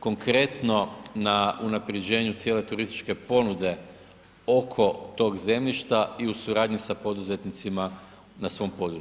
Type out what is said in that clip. konkretno na unaprjeđenju cijele turističke ponude oko tog zemljišta i u suradnji sa poduzetnicima na svom području.